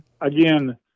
again